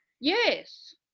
yes